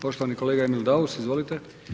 Poštovani kolega Emil Daus, izvolite.